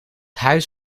huis